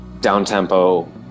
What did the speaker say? down-tempo